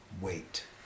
Wait